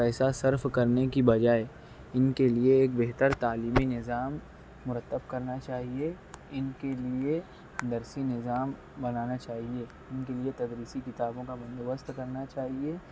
پیسہ صرف کرنے کی بجائے ان کے لیے ایک بہتر تعلیمی نظام مرتب کرنا چاہیے ان کے لیے درسی نظام بنانا چاہیے ان کے لیے تدریسی کتابوں کا بندوبست کرنا چاہیے